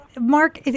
Mark